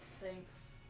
Thanks